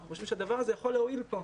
אנחנו חושבים שהדבר הזה יכול להועיל כאן.